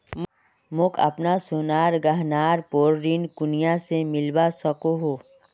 मोक अपना सोनार गहनार पोर ऋण कुनियाँ से मिलवा सको हो?